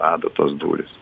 adatos dūris